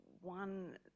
one